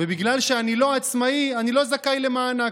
בגלל שאני לא עצמאי אני לא זכאי למענק,